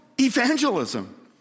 evangelism